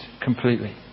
completely